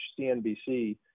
CNBC